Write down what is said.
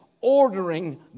ordering